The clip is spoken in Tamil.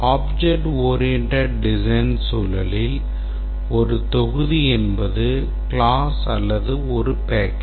object oriented design சூழலில் ஒரு தொகுதி என்பது class அல்லது ஒரு package